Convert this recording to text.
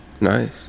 nice